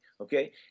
okay